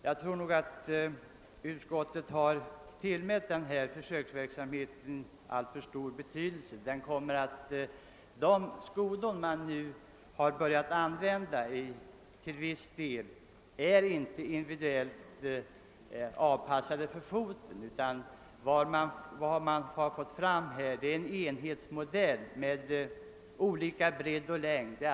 Jag tror att utskottet har tillmätt den pågående försöksverksamheten med nya skomodeller alltför stor betydelse. De skodon man nu till viss del börjat använda är inte individuellt avpassade för de värnpliktigas fötter, utan vad man fått fram är en enhetsmodell, som har olika bredd och längd.